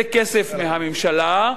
זה כסף מהממשלה,